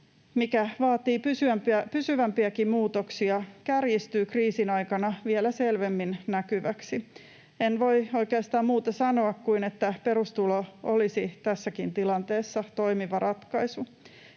mikä vaatii pysyvämpiäkin muutoksia, kärjistyy kriisin aikana vielä selvemmin näkyväksi. En voi oikeastaan muuta sanoa, kuin että perustulo olisi tässäkin tilanteessa toimiva ratkaisu.